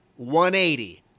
180